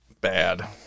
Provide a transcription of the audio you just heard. bad